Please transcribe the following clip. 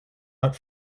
not